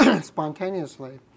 spontaneously